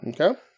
Okay